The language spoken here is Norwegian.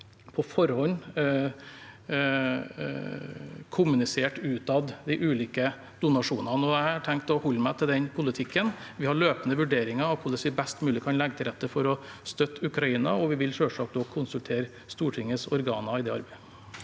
ikke har kommunisert de ulike donasjonene utad på forhånd, og jeg har tenkt å holde meg til den politikken. Vi har løpende vurderinger av hvordan vi best mulig kan legge til rette for å støtte Ukraina, og vi vil selvsagt også konsultere Stortingets organer i det arbeidet.